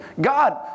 God